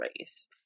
race